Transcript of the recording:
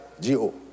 G-O